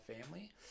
family